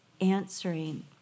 answering